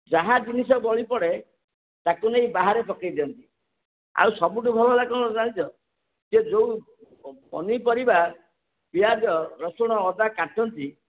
ଯାହା ଜିନିଷ ବଳିପଡ଼େ ତାକୁ ନେଇ ବାହାରେ ପକେଇ ଦିଅନ୍ତି ଆଉ ସବୁଠୁ ଭଲ ହେଲା କ'ଣ ଜାଣିଛ ଯିଏ ଯେଉଁ ପନିପରିବା ପିଆଜ ରସୁଣ ଅଦା କାଟନ୍ତି